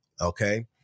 Okay